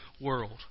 world